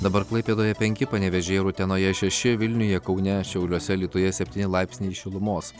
dabar klaipėdoje penki panevėžyje ir utenoje šeši vilniuje kaune šiauliuose alytuje septyni laipsniai šilumos